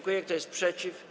Kto jest przeciw?